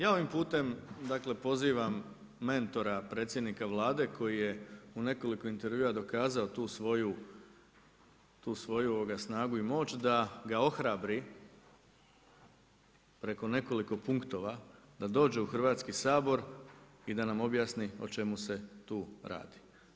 Ja ovim putem, dakle pozivam mentora predsjednika Vlade koji je u nekoliko intervjua dokazao tu svoju snagu i moć da ga ohrabri preko nekoliko punktova da dođe u Hrvatski sabor i da nam objasni o čemu se tu radi.